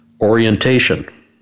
Orientation